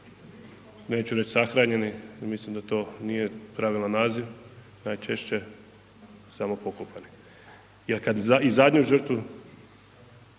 neću reći sahranjeni jer mislim da to nije pravilan naziv, najčešće samo pokopani jer kad i zadnju žrtvu